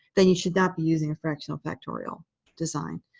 then you should not be using a fractional factorial design.